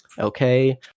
Okay